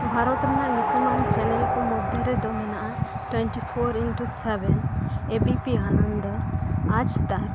ᱵᱷᱟᱨᱚᱛ ᱨᱮᱭᱟᱜ ᱧᱩᱛᱩᱢᱟᱱ ᱪᱮᱱᱮᱞ ᱠᱚ ᱢᱚᱫᱷᱮ ᱨᱮᱫᱚ ᱢᱮᱱᱟᱜᱼᱟ twenty four into seven ABP Ananda ᱟᱡᱛᱚᱠ